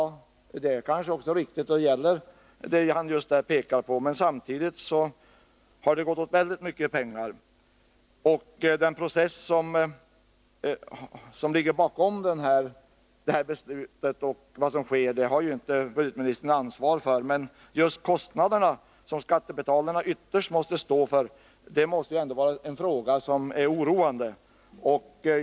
Det är kanske riktigt när det gäller just de områden som han pekar på, men samtidigt har det gått åt väldigt mycket pengar. Den bakomliggande beslutsprocessen har inte budgetministern ansvar för, men kostnaderna — som skattebetalarna ytterst får stå för — måste ändå vara oroande.